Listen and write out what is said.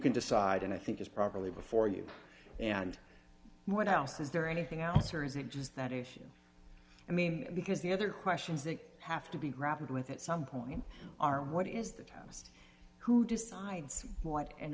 can decide and i think is properly before you and what else is there anything else or is it does that issue i mean because the other questions that have to be grappled with at some point are what is the times who decides what an